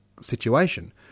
situation